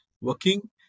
working